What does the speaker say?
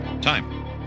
Time